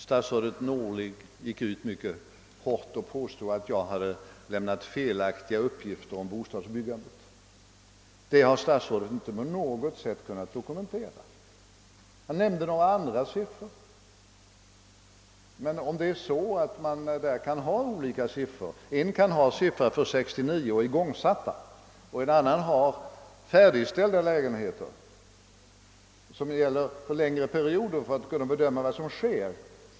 Statsrådet Norling gick ut mycket hårt och påstod att jag hade lämnat fel aktiga uppgifter om bostadsbyggandet. Det påståendet har statsrådet emellertid inte på något sätt kunnat dokumentera, utan han har åberopat andra siffror än jag gjort. För att visa vad som sker kan den ene anföra siffror för igångsättningen under 1969 och den andre siffror som anger antalet färdigställda lägenheter.